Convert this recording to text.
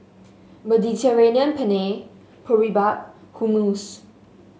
Mediterranean Penne Boribap Hummus